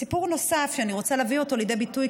סיפור נוסף שאני רוצה להביא אותו לידי ביטוי,